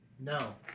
No